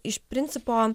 iš principo